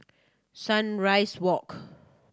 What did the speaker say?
Sunrise Walk